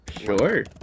Sure